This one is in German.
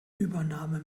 übernahme